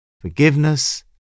forgiveness